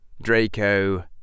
Draco